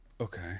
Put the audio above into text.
Okay